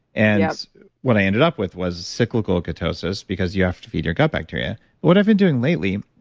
and what i ended up with was cyclical ketosis because you have to feed your gut bacteria what i've been doing lately,